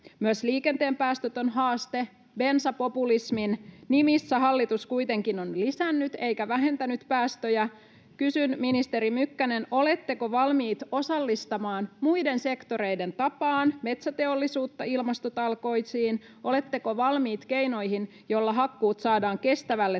Myös liikenteen päästöt ovat haaste. Bensapopulismin nimissä hallitus kuitenkin on lisännyt eikä vähentänyt päästöjä. Kysyn, ministeri Mykkänen: Oletteko valmiit osallistamaan muiden sektoreiden tapaan metsäteollisuutta ilmastotalkoisiin? Oletteko valmiit keinoihin, joilla hakkuut saadaan kestävälle